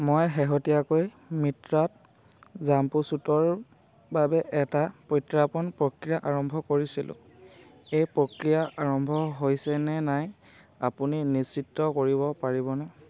মই শেহতীয়াকৈ মিন্ত্ৰাত জাম্পছ্য়ুটৰ বাবে এটা প্ৰত্যাৰ্পণ প্ৰক্ৰিয়া আৰম্ভ কৰিছিলোঁ এই প্ৰক্ৰিয়া আৰম্ভ হৈছেনে নাই আপুনি নিশ্চিত কৰিব পাৰিবনে